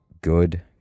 good